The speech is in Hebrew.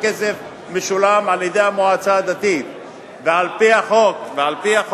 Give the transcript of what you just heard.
הכסף משולם על-ידי המועצה הדתית ועל-פי החוק,